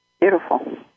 Beautiful